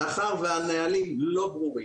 מאחר והנהלים לא ברורים,